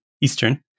Eastern